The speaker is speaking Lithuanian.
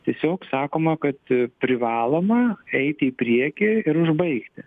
tiesiog sakoma kad privaloma eiti į priekį ir užbaigti